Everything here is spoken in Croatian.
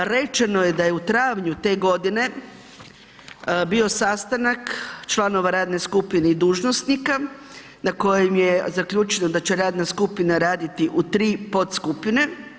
Rečeno je da je u travnju te godine bio sastanak članova radne skupine i dužnosnika na kojem je zaključeno da će radna skupina raditi u tri podskupine.